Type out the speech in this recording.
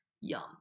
Yum